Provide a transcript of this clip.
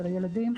של הילדים,